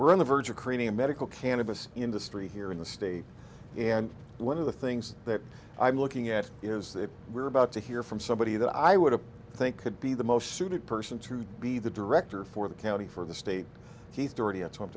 we're on the verge of creating a medical cannabis industry here in the state and one of the things that i'm looking at is that we're about to hear from somebody that i would think could be the most suited person to be the director for the county for the state